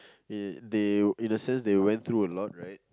eh they in a sense they went true a lot right